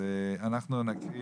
נתחיל